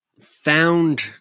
found